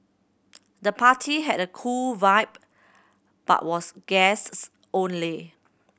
the party had a cool vibe but was guests only